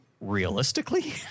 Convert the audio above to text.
Realistically